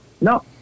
no